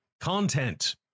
content